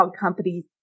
companies